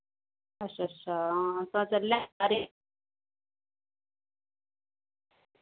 अच्छा अच्छा तां चलने आं यरो